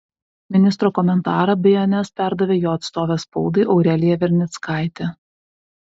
ministro komentarą bns perdavė jo atstovė spaudai aurelija vernickaitė